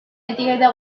etiketa